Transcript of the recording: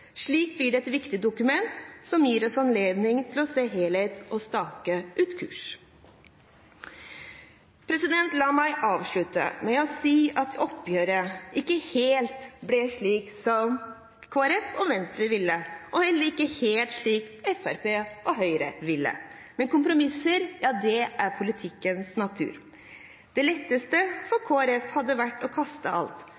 Slik blir det et viktig dokument, som gir oss anledning til å se helheten og å stake ut kursen. La meg avslutte med å si at oppgjøret ikke helt ble slik som Kristelig Folkeparti og Venstre ville, og heller ikke helt slik som Fremskrittspartiet og Høyre ville. Men kompromisser er politikkens natur. Det letteste